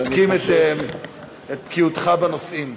בודקים את בקיאותך בנושאים.